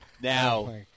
now